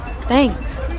Thanks